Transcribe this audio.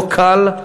לא קל,